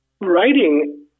Writing